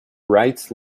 rights